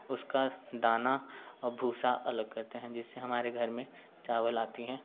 उसक दाना और भूंसा अलग करते हैं जिससे हमारे घर में चावल आती हैं